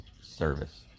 service